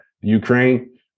Ukraine